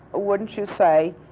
wouldn't you say,